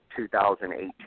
2018